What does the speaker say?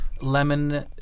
lemon